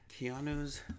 Keanu's